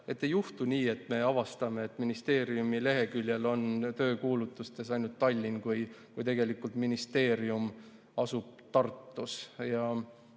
et ei juhtu nii, et me avastame, et ministeeriumi leheküljel on töökuulutustes ainult Tallinn, kui tegelikult ministeerium asub Tartus,